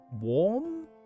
warm